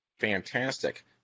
fantastic